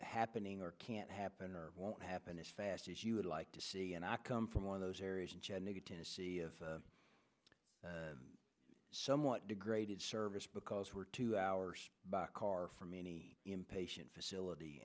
happening or can't happen or won't happen as fast as you would like to see and i come from one of those areas in chattanooga tennessee of somewhat degraded service because we're two hours by car from any impatient facility